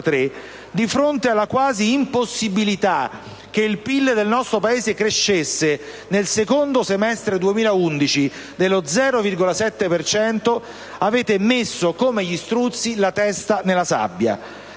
di fronte alla quasi impossibilità che il PIL del nostro Paese crescesse nel secondo semestre 2011 dello 0,7 per cento, avete messo, come gli struzzi, la testa nella sabbia.